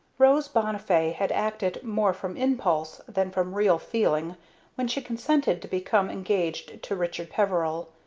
rose bonnifay had acted more from impulse than from real feeling when she consented to become engaged to richard peveril.